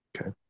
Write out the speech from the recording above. Okay